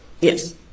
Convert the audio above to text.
Yes